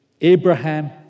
Abraham